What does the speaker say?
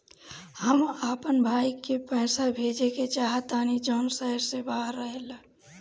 हम अपन भाई को पैसा भेजे के चाहतानी जौन शहर से बाहर रहेला